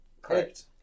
Correct